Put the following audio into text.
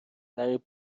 برای